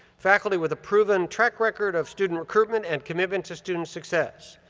faculty with a proven track record of student recruitment and commitment to student success.